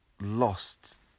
lost